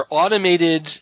automated